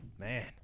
Man